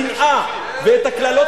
אני שמעתי פה את סאת השנאה ואת הקללות